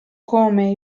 come